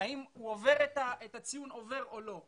האם הוא עובר את הציון עובר או לא,